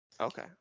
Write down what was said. Okay